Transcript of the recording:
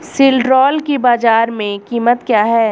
सिल्ड्राल की बाजार में कीमत क्या है?